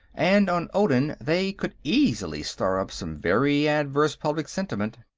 and on odin they could easily stir up some very adverse public sentiment.